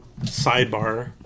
sidebar